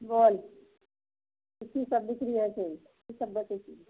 ball कथी सब बिक्री होइ छै कि सब बेचै छिए